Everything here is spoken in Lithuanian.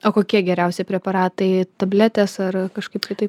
o kokie geriausi preparatai tabletės ar kažkaip kitaip